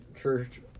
Church